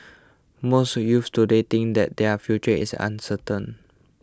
most youths today think that their future is uncertain